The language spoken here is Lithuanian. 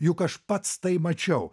juk aš pats tai mačiau